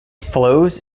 flows